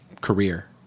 career